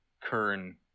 kern